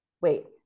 Wait